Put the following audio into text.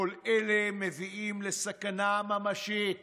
כל אלה מביאים לסכנה ממשית